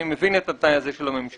אני מבין את התנאי הזה של הממשלה.